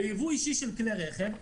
ביבוא אישי של כלי רכב,